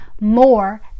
more